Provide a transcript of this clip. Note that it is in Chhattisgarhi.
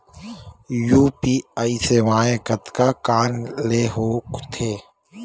यू.पी.आई सेवाएं कतका कान ले हो थे?